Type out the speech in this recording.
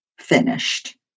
finished